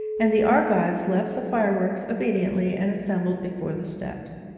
and the argives left the fireworks obediently and assembled before the steps.